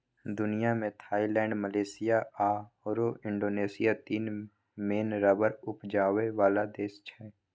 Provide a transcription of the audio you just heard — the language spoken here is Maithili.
दुनियाँ मे थाइलैंड, मलेशिया आओर इंडोनेशिया तीन मेन रबर उपजाबै बला देश छै